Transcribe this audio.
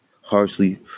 harshly